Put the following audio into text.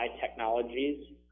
technologies